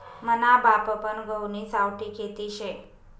मना बापपन गहुनी सावठी खेती शे